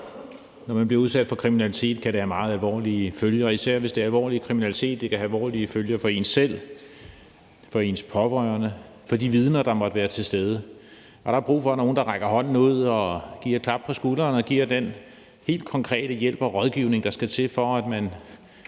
Når man bliver udsat for kriminalitet, kan det have meget alvorlige følger, især hvis det er alvorlig kriminalitet. Det kan have alvorlige følger for en selv, for ens pårørende og for de vidner, der måtte være til stede. Der er brug for nogen, der rækker hånden ud, giver en et klap på skulderen og giver den helt konkrete hjælp og rådgivning, der skal til, for at man